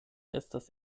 estas